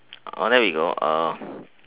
then we will go